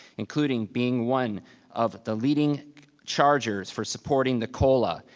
including being one of the leading chargers for supporting the cola.